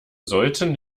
sollten